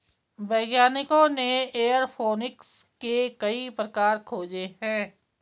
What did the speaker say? वैज्ञानिकों ने एयरोफोनिक्स के कई प्रकार खोजे हैं